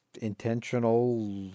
intentional